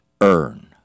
earn